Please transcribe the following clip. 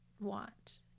want